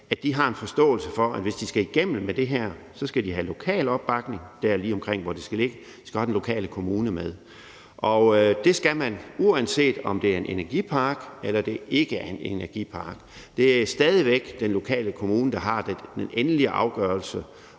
lave det, har en forståelse for, at hvis de skal igennem med det her, skal de have lokal opbakning lige omkring der, hvor det skal ligge, og de skal også have den lokale kommune med. Og det skal de, uanset om det er en energipark eller det ikke er en energipark. Det er stadig væk den lokale kommune, der har den endelige afgørelse,